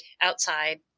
outside